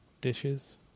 dishes